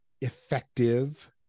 effective